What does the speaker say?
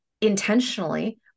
intentionally